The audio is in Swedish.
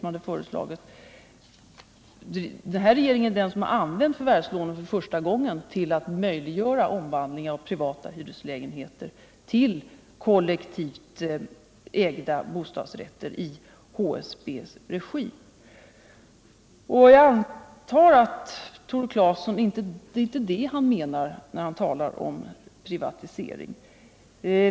Det är den sittande regeringen som första gången har använt förvärvslånen till att möjliggöra omvandling av privata hyreslägenheter till kollektivt ägda bostadsrätter i HSB:s regi. Jag antar att det inte är det Tore Claeson menar när han talar om privatisering.